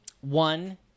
one